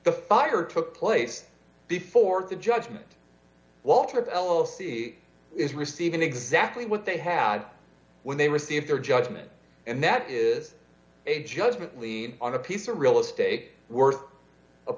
the fire took place before the judgment walter pelosi is receiving exactly what they had when they receive their judgment and that is d a judgment lien on a piece of real estate worth a